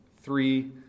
three